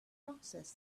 process